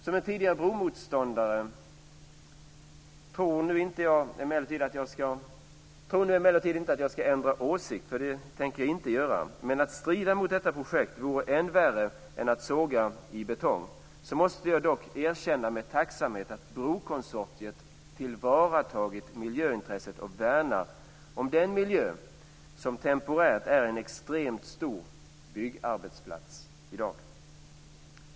Som en tidigare bromotståndare - tro nu inte att jag ändrat åsikt, det tänker jag inte göra, men att strida mot detta projekt är värre än att såga i betong - måste jag erkänna med tacksamhet att brokonsortiet tillvaratagit miljöintresset och värnar den miljö som temporärt är en extremt stor byggarbetsplats.